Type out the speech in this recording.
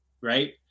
Right